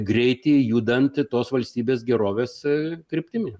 greitį judant tos valstybės gerovės kryptimi